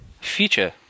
Future